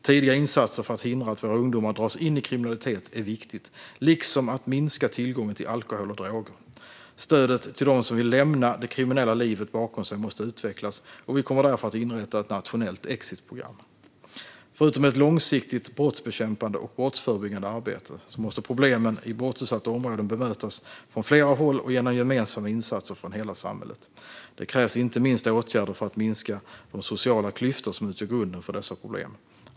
Tidiga insatser för att hindra att våra ungdomar dras in i kriminalitet är viktigt, liksom att minska tillgången till alkohol och droger. Stödet till dem som vill lämna det kriminella livet bakom sig måste utvecklas, och vi kommer därför att inrätta ett nationellt exitprogram. Förutom ett långsiktigt brottsbekämpande och brottsförebyggande arbete måste problemen i brottsutsatta områden bemötas från flera håll och genom gemensamma insatser från hela samhället. Det krävs inte minst åtgärder för att minska de sociala klyftor som utgör grunden för dessa problem.